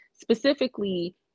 specifically